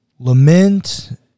Lament